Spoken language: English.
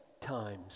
times